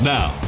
Now